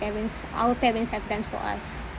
parents our parents have done for us